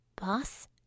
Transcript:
Boss